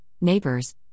neighbors